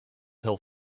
tell